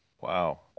Wow